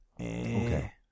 Okay